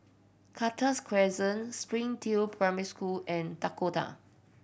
Cactus Crescent Springdale Primary School and Dakota